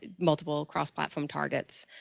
ah multiple cross-platform targets.